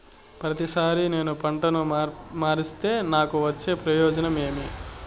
ప్రతిసారి నేను పంటను మారిస్తే నాకు వచ్చే ప్రయోజనం ఏమి?